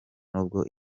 nubwo